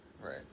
Right